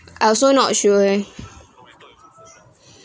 I also not sure eh